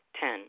Ten